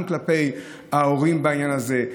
גם כלפי ההורים בעניין הזה.